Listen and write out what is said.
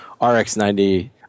RX90